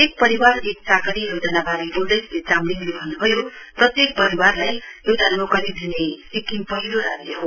एक परिवार एक चाकरी योजनाबारे बोल्दै श्री चामलिङले भन्नुभयो प्रत्येक परिवारलाई एउटा नोकरी दिने सिक्किम पहिलो राज्य हो